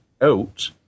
out